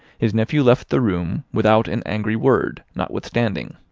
his nephew left the room without an angry word, notwithstanding.